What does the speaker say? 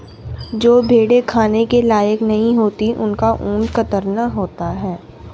जो भेड़ें खाने के लायक नहीं होती उनका ऊन कतरन होता है